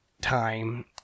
time